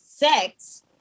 sex